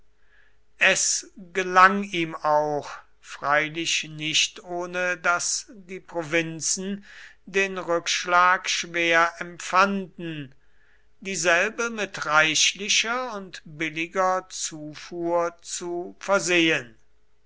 es gelang ihm auch freilich nicht ohne daß die provinzen den rückschlag schwer empfanden dieselbe mit reichlicher und billiger zufuhr zu versehen